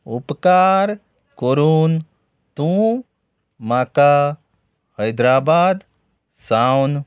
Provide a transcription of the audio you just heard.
उपकार करून तूं म्हाका हैद्राबाद सावन